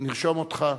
נרשום אותך,